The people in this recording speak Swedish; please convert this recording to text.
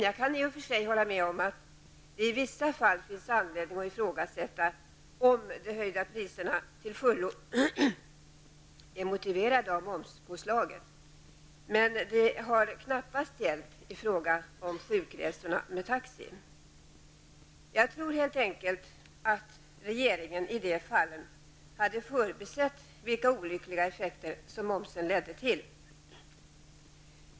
Jag kan i och för sig hålla med om att det i vissa fall finns anledning att i frågasätta om de höjda priserna till fullo är motiverade av momspåslaget. Men det har knappast gällt i fråga om sjukresorna med taxi. Jag tror helt enkelt att regeringen har förbisett vilka olyckliga effekter som momspåslaget ledde till i de här fallen.